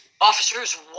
Officers